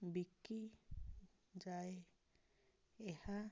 ବିକିଯାଏ ଏହା